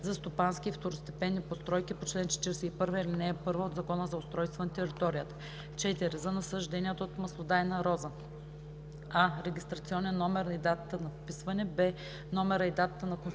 за стопански и второстепенни постройки по чл. 41, ал. 1 от Закона за устройство на територията; 4. за насажденията от маслодайна роза: а) регистрационния номер и датата на вписване; б) номера и датата на констативния